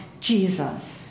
Jesus